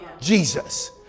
Jesus